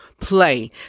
play